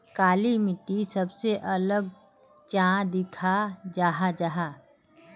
काली मिट्टी सबसे अलग चाँ दिखा जाहा जाहा?